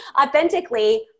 authentically